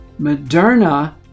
moderna